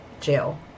jail